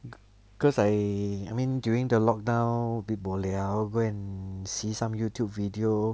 cause I I mean during the lockdown a bit bo liao go and see some youTube video